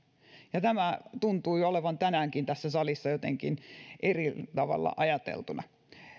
ja tämä tuntui olevan tänäänkin tässä salissa jotenkin eri tavalla ajateltuna